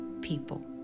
people